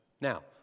Now